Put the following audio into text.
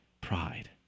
pride